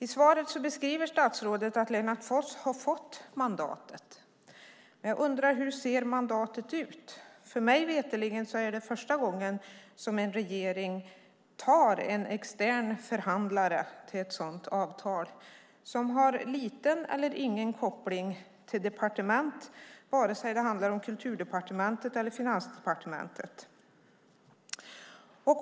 I svaret beskriver statsrådet att Lennart Foss har fått mandatet. Jag undrar hur det ser ut. Mig veterligen är det första gången som en regering anlitar en extern förhandlare till ett sådant avtal - en förhandlare som har liten eller ingen koppling till departement vare sig det handlar om Kulturdepartementet eller Finansdepartementet.